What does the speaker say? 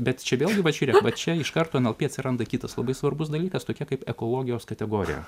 bet čia vėlgi va žiūrėk va čia iš karto nlp atsiranda kitas labai svarbus dalykas tokie kaip ekologijos kategorija